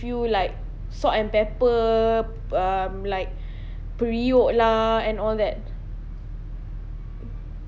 you like salt and pepper um like periuk lah and all that